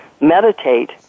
meditate